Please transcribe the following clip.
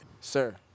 sir